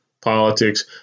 politics